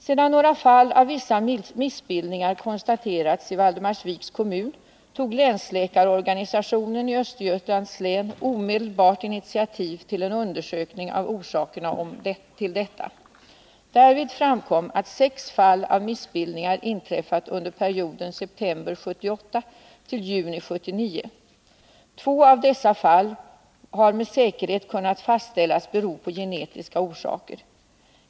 Sedan några fall av vissa missbildningar konstaterats i Valdemarsviks kommun tog länsläkarorganisationen i Östergötlands län omedelbart initiativ till en undersökning av orsakerna till detta. Därvid framkom att sex fall av missbildningar inträffat under perioden september 1978-juni 1979. Två av dessa fall har med säkerhet kunnat fastställas bero på genetiska faktorer.